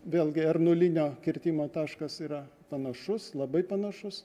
vėlgi ar nulinio kirtimo taškas yra panašus labai panašus